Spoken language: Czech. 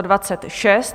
26.